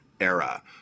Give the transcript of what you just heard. era